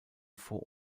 vor